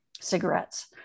cigarettes